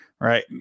Right